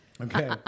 Okay